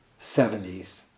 70s